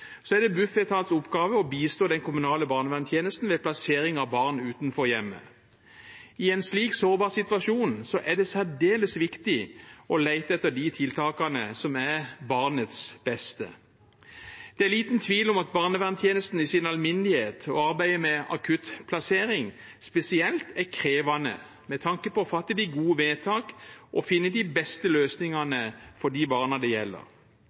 så er det Bufetats oppgave å bistå den kommunale barnevernstjenesten ved plassering av barn utenfor hjemmet. I en slik sårbar situasjon er det særdeles viktig å lete etter de tiltakene som er til barnets beste. Det er liten tvil om at barnevernstjenesten i sin alminnelighet, og arbeidet med akuttplassering spesielt, er krevende med tanke på å fatte gode vedtak og finne de beste løsningene for de barna det gjelder.